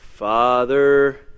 Father